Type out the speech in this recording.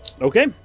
Okay